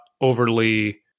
overly